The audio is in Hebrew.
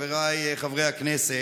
חבריי חברי הכנסת,